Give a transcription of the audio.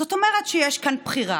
זאת אומרת שיש כאן בחירה.